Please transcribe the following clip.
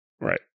Right